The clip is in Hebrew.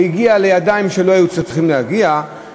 ומידע הגיע לידיים שהוא לא היה צריך להגיע אליהן,